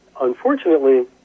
Unfortunately